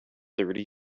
thirty